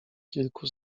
kilku